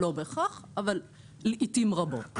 לא בהכרח, אבל לעיתים רבות.